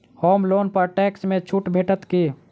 होम loan पर tax मे छुट भेटत की